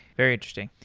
very interesting.